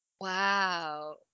wow